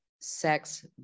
sex